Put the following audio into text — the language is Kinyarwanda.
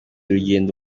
urugendo